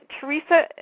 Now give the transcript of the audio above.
Teresa